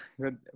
good